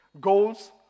Goals